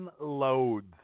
loads